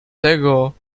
tego